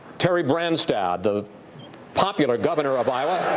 terry branstad, the popular governor of iowa.